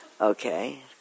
Okay